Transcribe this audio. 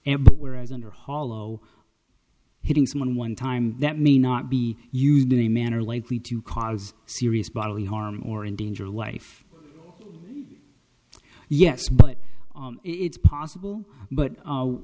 and whereas under hollow hitting someone one time that may not be used in a manner likely to cause serious bodily harm or in danger or life yes but it's possible but